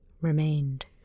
remained